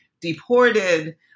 deported